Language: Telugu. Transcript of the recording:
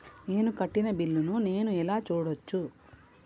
నేను కట్టిన బిల్లు ను నేను ఎలా చూడచ్చు?